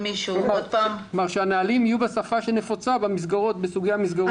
כלומר שהנהלים יהיו בשפה שנפוצה בסוגי המסגרות השונים.